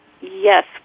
Yes